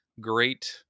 great